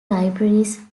libraries